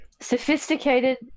sophisticated